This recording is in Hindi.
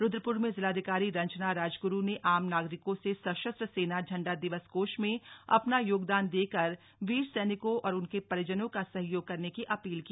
रुद्रपुर में जिलाधिकारी रंजना राजग्रू ने आम नागरिकों से सशस्त्र सेना झंडा दिवस कोष में अपना योगदान देकर वीर सैनिकों और उनके परिजनों का सहयोग करने की अपील की